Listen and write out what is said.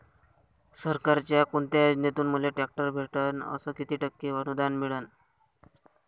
सरकारच्या कोनत्या योजनेतून मले ट्रॅक्टर भेटन अस किती टक्के अनुदान मिळन?